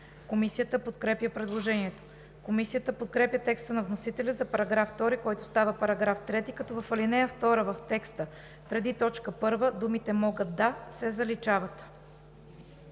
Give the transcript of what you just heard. Комисията подкрепя предложението. Комисията подкрепя текста на вносителя за § 2, който става § 3, като в ал. 2 в текста преди т. 1 думите „могат да“ се заличават.